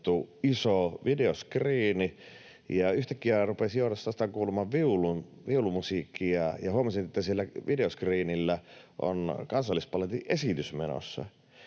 iso videoskriini. Yhtäkkiä rupesi jostain kuulumaan viulumusiikkia, ja huomasin, että siellä videoskriinillä on Kansallisbaletin esitys menossa.